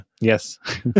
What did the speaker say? Yes